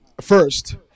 First